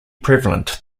prevalent